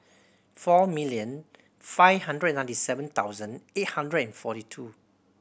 four million five hundred ninety seven thousand eight hundred and forty two